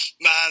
man